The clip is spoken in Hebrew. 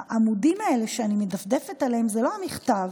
העמודים שאני מדפדפת בהם זה לא המכתב,